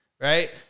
right